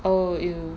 oh you